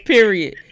Period